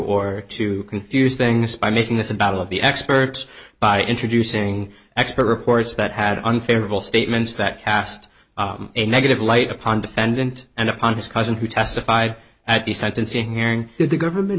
or to confuse things by making this a battle of the experts by introducing expert reports that had unfavorable statements that cast a negative light upon defendant and upon his cousin who testified at the sentencing hearing the government